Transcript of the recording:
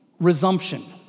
resumption